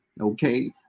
Okay